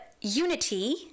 unity